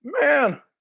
man